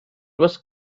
was